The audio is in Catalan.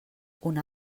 una